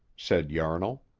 said yarnall.